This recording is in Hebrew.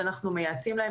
מושלם,